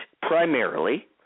primarily